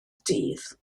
dydd